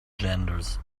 genders